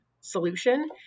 solution